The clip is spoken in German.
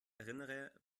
erinnere